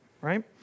right